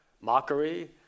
mockery